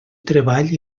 treball